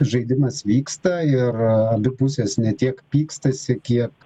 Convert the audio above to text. žaidimas vyksta ir abi pusės ne tiek pykstasi kiek